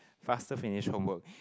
faster finish homework